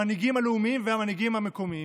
המנהיגים הלאומיים והמנהיגים המקומיים: